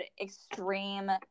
extreme